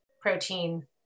protein